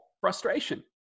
frustration